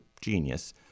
genius